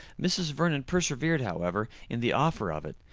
mrs. vernon persevered, however, in the offer of it,